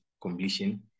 completion